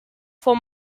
for